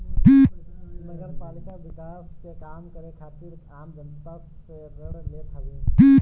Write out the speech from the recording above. नगरपालिका विकास के काम करे खातिर आम जनता से ऋण लेत हवे